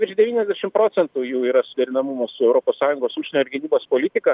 virš devyniasdešim procentų jų yra suderinamas su europos sąjungos užsienio ir gynybos politika